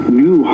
new